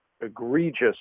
egregious